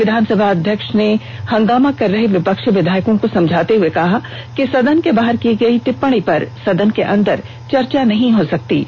विधानसमा अध्यक्ष ने हंगामा कर रहे विपक्षी विधायकों को समझाते हुए कहा कि सदन के बाहर की गयी टिप्पणी पर सदन के अंदर चर्चा नहीं हो सकती है